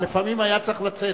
אבל לפעמים היה צריך לצאת,